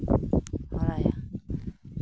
ᱦᱚᱨᱟᱭᱟ